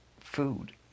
food